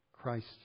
Christ